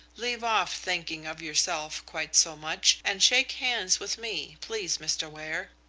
leave off thinking of yourself quite so much and shake hands with me, please, mr. ware.